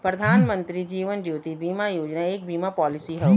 प्रधानमंत्री जीवन ज्योति बीमा योजना एक बीमा पॉलिसी हौ